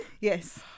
Yes